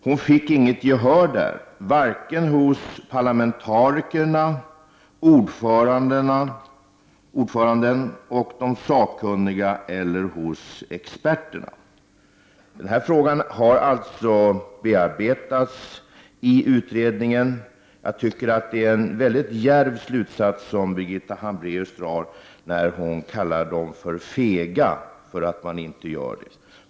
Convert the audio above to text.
Hon fick inget gehör där, varken hos parlamentarikerna, ordföranden, de sakkunniga eller hos experterna. Den här frågan har alltså bearbetats i utredningen. Jag tycker att det är en mycket djärv slutsats som Birgitta Hambraeus drar när hon kallar medlemmarna i utredningen för fega för att de inte utreder detta.